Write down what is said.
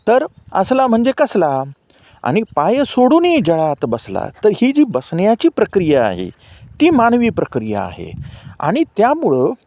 तर असला म्हणजे कसला आणि पाय सोडून जळात बसला तर ही जी बसण्याची प्रक्रिया आहे ती मानवी प्रक्रिया आहे आणि त्यामुळे